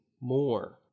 more